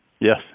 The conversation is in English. Yes